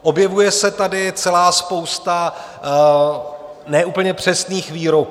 Objevuje se tady celá spousta ne úplně přesných výroků.